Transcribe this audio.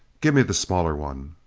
give me the smaller one.